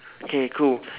okay cool